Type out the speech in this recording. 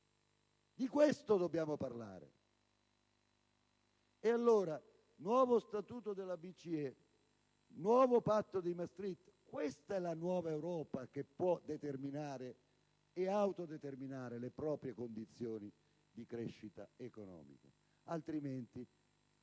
Di questo dobbiamo parlare. E allora, nuovo statuto della BCE e nuovo Patto di Maastricht. Questa è la nuova Europa che può determinare, e autodeterminare, le proprie condizioni di crescita economica, altrimenti